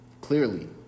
clearly